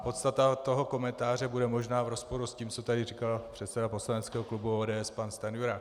Podstata toho komentáře bude možná v rozporu s tím, co tady říkal předseda poslaneckého klubu ODS pan Stanjura.